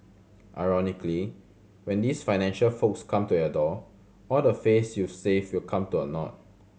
ironically when these financial folks come to your door all the face you've saved will come to a naught